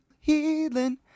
healing